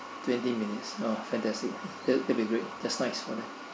twenty minutes oh Fantastic that that'd be great that's nice for that